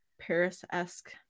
Paris-esque